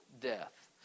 death